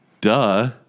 Duh